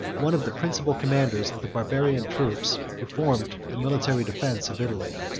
one of the principal commanders of the barbarian troops, who formed the military defence of italy.